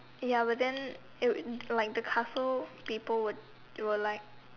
ya but then it'll like the castle people would they were like